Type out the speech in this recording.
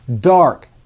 Dark